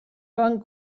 van